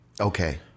okay